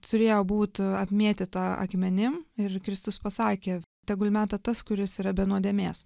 turėjo būt apmėtyta akmenim ir kristus pasakė tegul meta tas kuris yra be nuodėmės